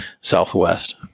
southwest